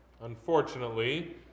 unfortunately